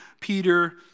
Peter